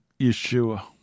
Yeshua